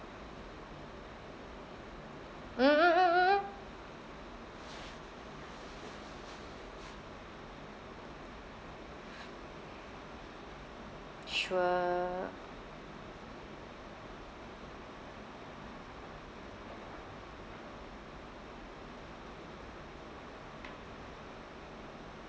mm mm mm mm mm sure